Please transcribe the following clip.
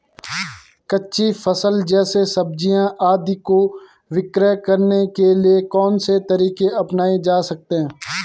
कच्ची फसल जैसे सब्जियाँ आदि को विक्रय करने के लिये कौन से तरीके अपनायें जा सकते हैं?